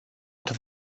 into